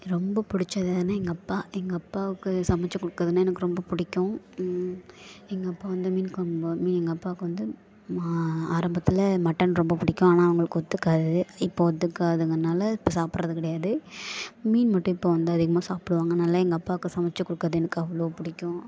ரொம்ப பிடிச்சது யாருன்னா எங்கள் அப்பா எங்கள் அப்பாவுக்கு சமைத்து கொடுக்குறதுன்னா எனக்கு ரொம்ப பிடிக்கும் எங்கள் அப்பா வந்து மீன்கொழம்பு எங்கள் அப்பாவுக்கு வந்து ஆரம்பத்தில் மட்டன் ரொம்ப பிடிக்கும் ஆனால் அவங்களுக்கு ஒத்துக்காது அது இப்போ ஒத்துக்காதுங்கறதுனால இப்போ சாப்புடுறது கிடையாது மீன் மட்டும் இப்போ வந்து அதிகமாக சாப்பிடுவாங்க அதனால எங்கள் அப்பாவுக்கு சமைத்து கொடுக்குறது எனக்கு அவ்வளோ பிடிக்கும்